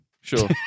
Sure